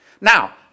Now